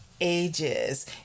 ages